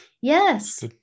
Yes